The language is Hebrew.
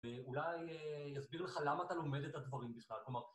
ואולי יסביר לך למה אתה לומד את הדברים בכלל, כלומר...